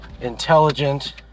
intelligent